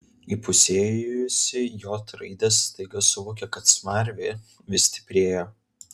įpusėjusi j raidę staiga suvokė kad smarvė vis stiprėja